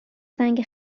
زنگ